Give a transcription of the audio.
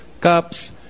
cups